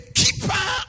keeper